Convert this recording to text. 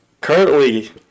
Currently